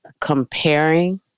comparing